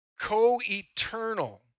co-eternal